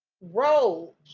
road